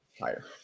higher